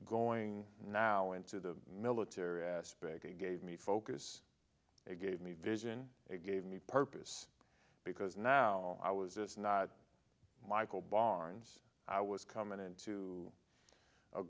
going now into the military aspect gave me focus it gave me vision it gave me purpose because now i was just not michael barnes i was coming into a